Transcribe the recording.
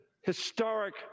historic